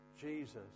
Jesus